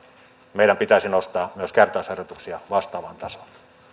meidän pitäisi nostaa myös kertausharjoituksia vastaavaan tasoon